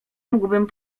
mógłbym